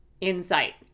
Insight